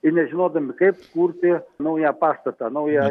nežinodami kaip kurti naują pastatą naują